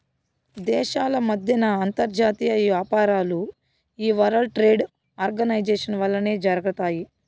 దేశాల మద్దెన అంతర్జాతీయ యాపారాలు ఈ వరల్డ్ ట్రేడ్ ఆర్గనైజేషన్ వల్లనే జరగతాయి